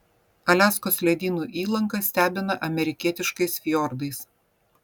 aliaskos ledynų įlanka stebina amerikietiškais fjordais